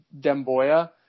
Demboya